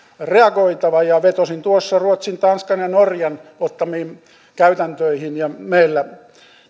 reagoitava vetosin tuossa ruotsin tanskan ja norjan ottamiin käytäntöihin ja meillä